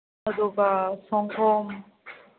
ꯑꯗꯨꯒ ꯁꯪꯒꯣꯝ